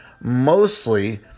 mostly